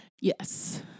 Yes